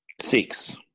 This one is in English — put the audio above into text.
Six